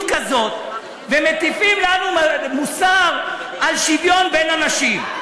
כזאת ומטיפים לנו מוסר על שוויון לנשים?